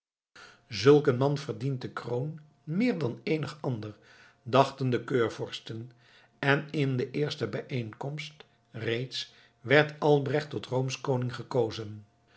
een man verdient de kroon meer dan eenig ander dachten de keurvorsten en in de eerste bijeenkomst reeds werd albrecht tot roomsch koning gekozen